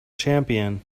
champion